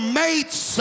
mates